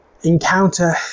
Encounter